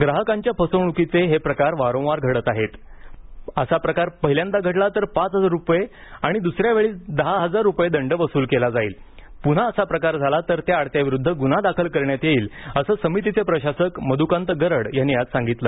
ग्राहकांच्या फसवणुकीचे हे प्रकार वारंवार घडत आहेत त्यामुळे पहिल्यांदा असा प्रकार झाला तर पाच हजार रुपये द्सऱ्या वेळी दहा हजार रुपये दंड वसूल केला जाईल अन् पुन्हा असा प्रकार झाला तर त्या आडत्या विरुद्ध गुन्हा दाखल करण्यात येईल असं समितीचे प्रशासक मधुकांत गरड यांनी आज सांगितलं